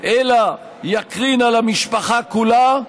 אלא יקרין על המשפחה כולה,